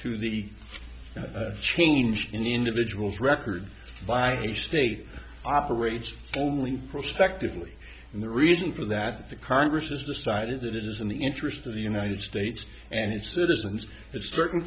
to the change in the individual's record by a state operates only prospectively and the reason for that the congress has decided that it is in the interest of the united states and its citizens that certain